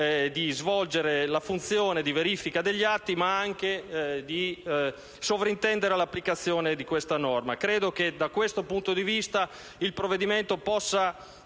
di svolgere la funzione di verifica degli atti, ma anche di sovrintendere all'applicazione di questa norma. Credo che, da questo punto di vista, il provvedimento possa